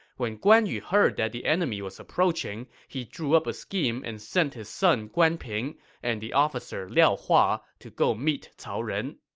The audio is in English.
when guan yu heard that the enemy was approaching, he drew up a scheme and sent his son guan ping and the officer liao hua to go meet cao ren.